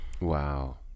wow